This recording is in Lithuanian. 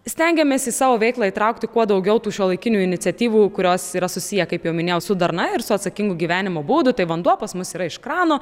stengiamės į savo veiklą įtraukti kuo daugiau tų šiuolaikinių iniciatyvų kurios yra susiję kaip jau minėjau su darna ir su atsakingu gyvenimo būdu tai vanduo pas mus yra iš krano